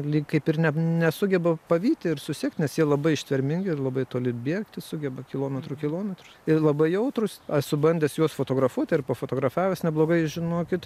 lyg kaip ir ne nesugeba pavyti ir susekt nes jie labai ištvermingi ir labai toli bėgti sugeba kilometrų kilometrų ir labai jautrūs esu bandęs juos fotografuoti ir pafotografavęs neblogai žinokit